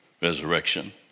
resurrection